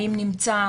האם נמצא